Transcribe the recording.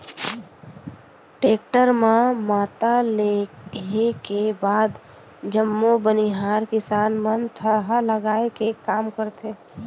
tractor म मता लेहे के बाद जम्मो बनिहार किसान मन थरहा लगाए के काम करथे